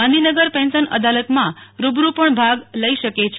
Gandhinagar pension અદાલતમાં રૂબરૂ પણ ભાગ લઈ શકે છે